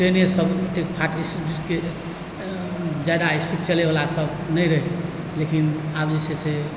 ट्रेने सब एते फास्ट स्पीडके जादा स्पीड चलैवला सब नहि रहै लेकिन आब जे छै से